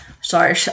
sorry